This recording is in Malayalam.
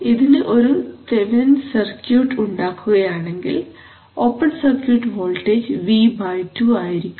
ഇതിന് ഒരു തെവിനിൻസ് സർക്യൂട്ട് thevenins circuit ഉണ്ടാക്കുകയാണെങ്കിൽ ഓപ്പൺ സർക്യൂട്ട് വോൾട്ടേജ് V2 ആയിരിക്കും